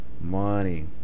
money